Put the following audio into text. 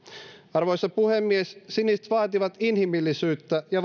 arvoisa puhemies siniset vaativat inhimillisyyttä ja